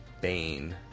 Bane